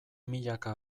milaka